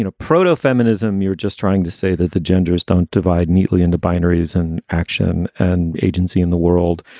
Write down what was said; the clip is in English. you know proteau feminism. you're just trying to say that the genders don't divide neatly into binaries and action and agency in the world,